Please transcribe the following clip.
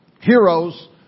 Heroes